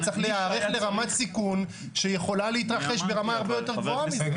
וצריך להיערך לרמת סיכון שיכולה להתרחש ברמה הרבה יותר גבוהה מזו.